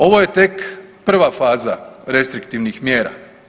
Ovo je tek prva faza restriktivnih mjera.